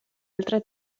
altre